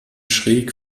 schräg